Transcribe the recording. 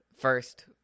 first